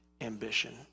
ambition